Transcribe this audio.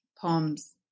poems